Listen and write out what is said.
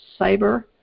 Cyber